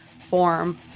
form